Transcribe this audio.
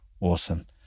awesome